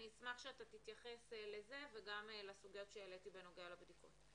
אשמח שתתייחס לזה וגם לסוגיות שהעליתי בקשר לבדיקות.